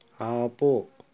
ఆపు